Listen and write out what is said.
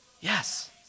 Yes